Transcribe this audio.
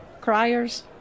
Criers